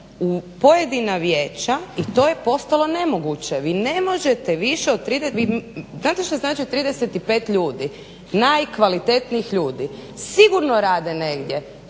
u pojedina vijeća i to je postalo nemoguće. Vi ne možete više od 30, znate što znači 35 ljudi najkvalitetnijih ljudi? Sigurno rade negdje,